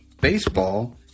baseball